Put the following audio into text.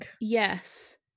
Yes